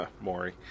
Maury